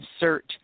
insert